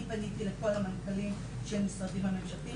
אני פניתי לכל המנכ"לים של המשרדים הממשלתיים